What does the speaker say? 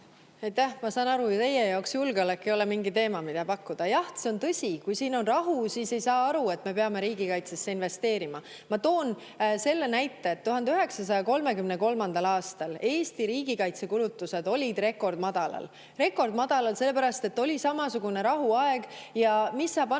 Ma saan aru, et teie jaoks ei ole julgeolek mingi [hüve], mida pakkuda. Jah, see on tõsi, et kui siin on rahu, siis ei saada aru, et me peame riigikaitsesse investeerima. Ma toon sellise näite, et 1933. aastal olid Eesti riigikaitsekulutused rekordmadalad. Rekordmadalad seepärast, et oli samasugune rahuaeg, ja mis sa siis